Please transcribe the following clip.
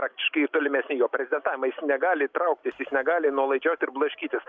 praktiškai tolimesni jo prezidentavimai jis negali trauktis jis negali nuolaidžiauti ir blaškytis